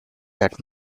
that